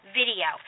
video